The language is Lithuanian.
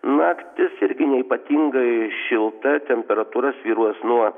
naktis irgi neypatingai šilta temperatūra svyruos nuo